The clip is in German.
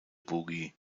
boogie